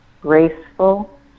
graceful